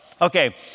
Okay